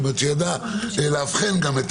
שידע גם לאבחן,